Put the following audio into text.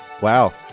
Wow